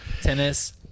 Tennis